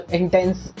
intense